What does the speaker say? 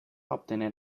obtener